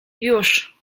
już